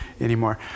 anymore